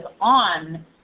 on